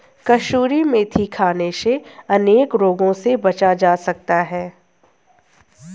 कसूरी मेथी खाने से अनेक रोगों से बचा जा सकता है